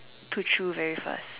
to chew very fast